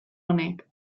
honek